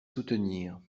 soutenir